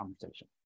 conversation